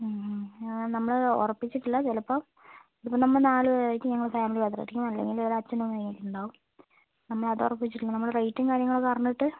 മ് മ് നമ്മൾ ഉറപ്പിച്ചിട്ടില്ല ചിലപ്പം ഇതിപ്പം നമ്മൾ നാല് പേരായിരിക്കും ഫാമിലി മാത്രം ആയിരിക്കും അല്ലെങ്കിൽ ഓരേ അച്ഛനും അമ്മയൊക്കെ ഉണ്ടാവും നമ്മൾ അത് ഉറപ്പിച്ചിട്ടില്ല നമ്മൾ റേറ്റും കാര്യങ്ങളൊക്കെ അറിഞ്ഞിട്ട്